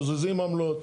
מזיזים עמלות,